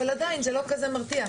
אבל עדיין זה לא כזה מרתיע.